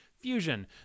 Fusion